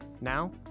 Now